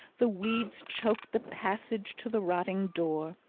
the weeds choked the passage to the rotting door.